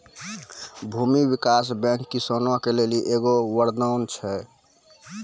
भूमी विकास बैंक किसानो के लेली एगो वरदान छै